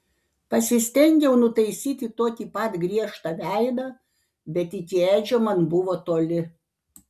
pasistengiau nutaisyti tokį pat griežtą veidą bet iki edžio man buvo toli